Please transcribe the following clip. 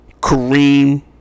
Kareem